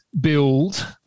build